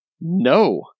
No